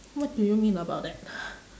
what do you mean about that